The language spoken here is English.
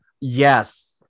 yes